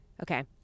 Okay